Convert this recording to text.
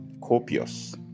copious